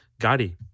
Gotti